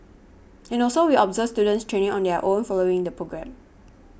and also we observe students training on their own following the programme